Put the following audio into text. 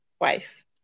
wife